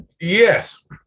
yes